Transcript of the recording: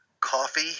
coffee